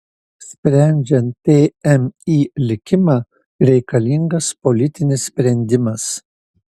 sprendžiant tmi likimą reikalingas politinis sprendimas